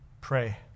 Pray